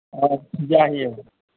ꯑ ꯌꯥꯏꯌꯦ